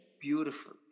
Beautiful